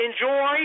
enjoy